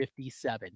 57